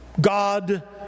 God